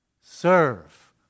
Serve